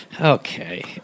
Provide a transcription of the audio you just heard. Okay